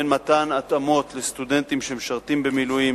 בין מתן התאמות לסטודנטים שמשרתים במילואים,